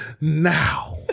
now